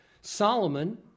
Solomon